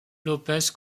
lópez